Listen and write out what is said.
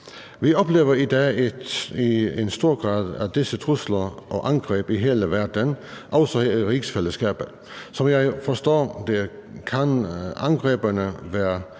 Vi oplever i dag en høj grad af disse trusler og angreb i hele verden, også her i rigsfællesskabet. Som jeg forstår det, kan angrebene være